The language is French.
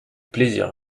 plaisir